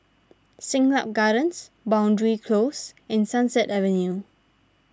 Siglap Gardens Boundary Close and Sunset Avenue